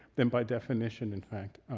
then by definition in fact,